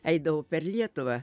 eidavo per lietuvą